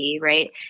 right